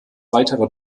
weitere